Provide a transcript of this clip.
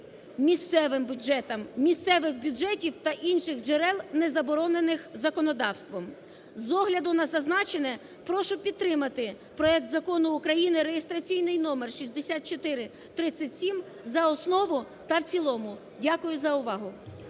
місцевим бюджетам, місцевих бюджетів та інших джерел, не заборонених законодавством. З огляду на зазначене прошу підтримати проект закону України реєстраційний номер 6437 за основу та в цілому. Дякую за увагу.